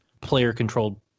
player-controlled